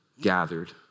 gathered